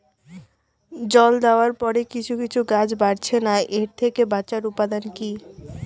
জল দেওয়ার পরে কিছু কিছু গাছ বাড়ছে না এর থেকে বাঁচার উপাদান কী?